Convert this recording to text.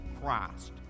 Christ